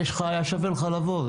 היה שווה לך לבוא.